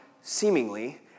seemingly